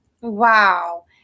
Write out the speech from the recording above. Wow